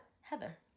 Heather